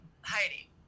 Heidi